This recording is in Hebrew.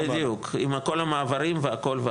בדיוק, עם כל המעברים והכל.